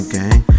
gang